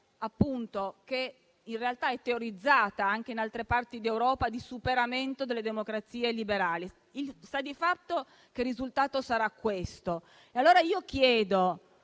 che in realtà è teorizzata anche in altre parti d'Europa, di superamento delle democrazie liberali. Sta di fatto che il risultato sarà questo.